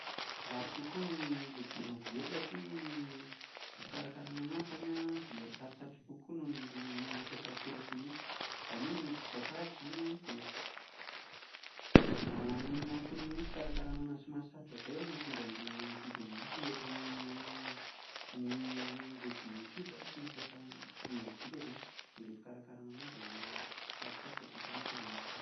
Lafo kokoa ny vokatra bio satria, ny fikarakarana an'azy izany an dia sarotsarotra kokoa noho ny mm- mampiasa akora simika, izany hoe ny vokatra azo izany an dia an nohon'ny antony hoe fikarakarana an'azy somary sarotra izay an no mahatonga an'ilay vidiny lafo mihoatra amin'ny ny legioma tsotra tsy mampiasa tsy biolojika izany, dia ilay fikarakarana an'azy no sarotsarotra dia izay no mahatonga an'azy lafo.